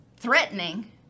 threatening